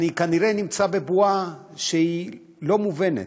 אני כנראה נמצא בבועה לא מובנת.